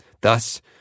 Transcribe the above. thus